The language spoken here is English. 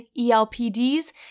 ELPD's